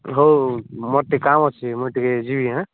ହଉ ମୋର ଟିକେ କାମ ଅଛି ମୁଇଁ ଟିକେ ଯିବି ଆଁ